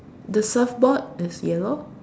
the surfboard is yellow